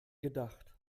gedacht